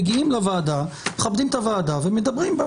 מגיעים לוועדה, מכבדים את הוועדה ומדברים בה.